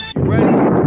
Ready